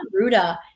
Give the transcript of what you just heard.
Ruda